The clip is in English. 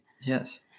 Yes